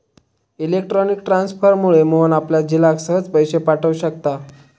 electronic ट्रांसफरमुळा मोहन आपल्या झिलाक सहज पैशे पाठव शकता